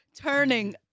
turning